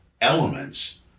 elements